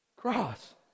cross